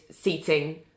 seating